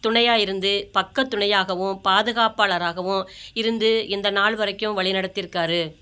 துணையாக இருந்து பக்கத் துணையாகவும் பாதுகாப்பாளராகவும் இருந்து இந்த நாள் வரைக்கும் வழிநடத்திருக்காரு